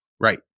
Right